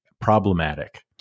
problematic